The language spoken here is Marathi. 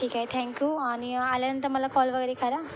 ठीक आहे थँक्यू आणि आल्यानंतर मला कॉल वगैरे करा